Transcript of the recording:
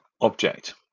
object